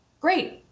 great